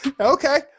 Okay